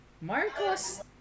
Marcos